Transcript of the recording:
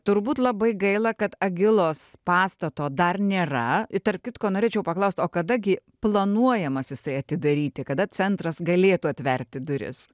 turbūt labai gaila kad agilos pastato dar nėra tarp kitko norėčiau paklaust o kada gi planuojamas jisai atidaryti kada centras galėtų atverti duris